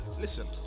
Listen